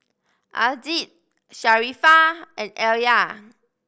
Aziz Sharifah and Alya